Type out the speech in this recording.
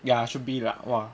ya should be lah !wah!